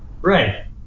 Right